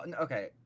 okay